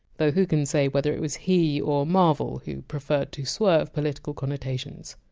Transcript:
though who can say whether it was he or marvel who preferred to swerve political connotations.